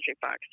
Fox